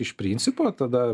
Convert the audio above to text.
iš principo tada